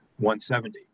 170